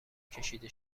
کشیده